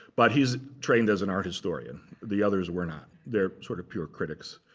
but he is trained as an art historian. the others were not. they are sort of pure critics.